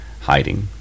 Hiding